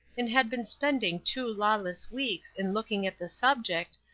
and had been spending two lawless weeks in looking at the subject,